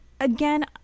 again